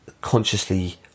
consciously